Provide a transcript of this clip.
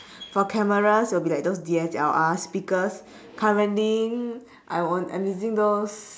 for cameras it will be like those D_S_L_R speakers currently I I'm using those